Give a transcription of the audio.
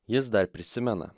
jis dar prisimena